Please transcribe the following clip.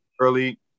early